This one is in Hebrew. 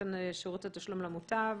מנותן שירות התשלום למוטב.